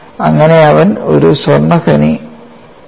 അങ്ങനെ അവൻ ഒരു സ്വർണ്ണ ഖനി അടിച്ചു